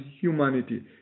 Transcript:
humanity